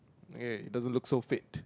okay doesn't look so fade